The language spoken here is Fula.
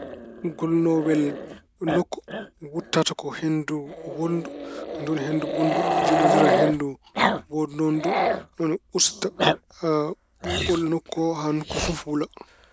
Gulnoowel nokku wuttata ko henndu wuldu. Nduun henndu wuldu jillondira e henndu woodnoondu, ɗum woni usta ɓuuɓol nokku o haa nokku o fof wula.